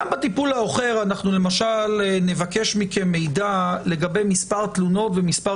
גם בטיפול העוכר אנחנו למשל נבקש מכם מידע לגבי מספר תלונות ומספר